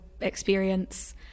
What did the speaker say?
experience